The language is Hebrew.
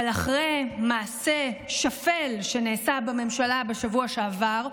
אבל אחרי מעשה שפל שנעשה בממשלה בשבוע שעבר,